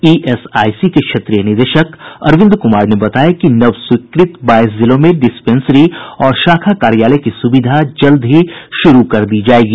ESIC के क्षेत्रीय निदेशक अरविंद कुमार ने बताया कि नवस्वीकृत बाईस जिलों में डिस्पेंसरी और शाखा कार्यालय की सुविधा जल्द ही शुरू कर दी जायेगी